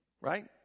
Right